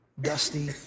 dusty